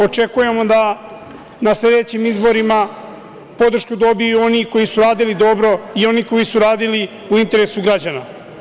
Očekujemo da na sledećim izborima podršku dobiju oni koji su radili dobro i oni koji su radili u interesu građana.